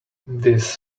this